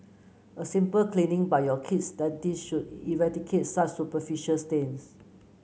a simple cleaning by your kid's dentist should eradicate such superficial stains